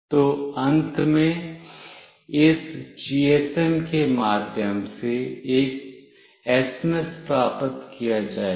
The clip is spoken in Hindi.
तो अंत में इस जीएसएम के माध्यम से एक एसएमएस प्राप्त किया जाएगा